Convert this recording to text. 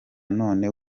none